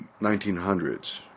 1900s